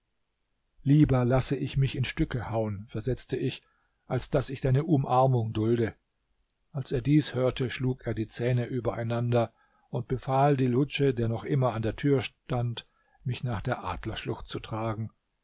lieber lasse ich mich in stücke hauen versetzte ich als daß ich deine umarmung dulde als er dies hörte schlug er die zähne übereinander und befahl dilhudj der noch immer an der tär stand mich nach der adlerschlucht zu tragen